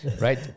right